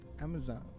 Amazon